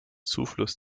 zufluss